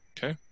Okay